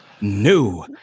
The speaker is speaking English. new